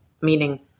meaning